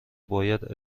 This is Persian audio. باید